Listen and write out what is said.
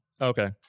Okay